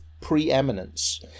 preeminence